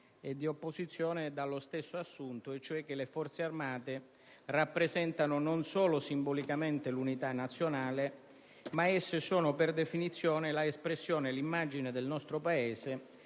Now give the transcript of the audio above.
e di opposizione, dallo stesso assunto, cioè dal fatto che le Forze armate rappresentano non solo simbolicamente l'unità nazionale, ma sono, per definizione, l'espressione e l'immagine del nostro Paese